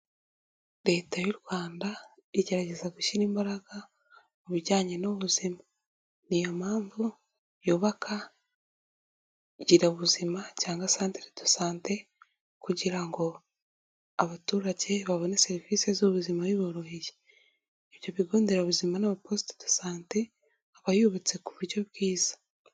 Leta y'u Rwanda igerageza gushyira imbaraga mu bijyanye n'ubuzima. Niyo mpamvu yubaka girabuzima cyangwa centre de sante, kugira ngo abaturage babone serivisi z'ubuzima biboroheye. Ibyo bigo nderabuzima n'ama poste de sante, aba yubatse ku buryo bwiza.